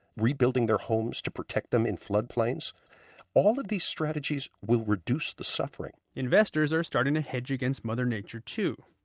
rebuilding their homes to protect them in floodplains all of these strategies will reduce the suffering investors are starting to hedge against mother nature, too.